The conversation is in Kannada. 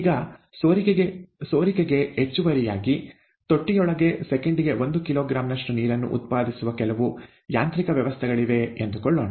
ಈಗ ಸೋರಿಕೆಗೆ ಹೆಚ್ಚುವರಿಯಾಗಿ ತೊಟ್ಟಿಯೊಳಗೆ ಸೆಕೆಂಡಿಗೆ ಒಂದು ಕಿಲೋಗ್ರಾಂ ನಷ್ಟು ನೀರನ್ನು ಉತ್ಪಾದಿಸುವ ಕೆಲವು ಯಾಂತ್ರಿಕ ವ್ಯವಸ್ಥೆಗಳಿವೆ ಎಂದುಕೊಳ್ಳೋಣ